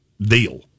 deal